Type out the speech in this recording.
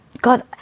God